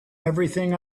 everything